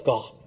God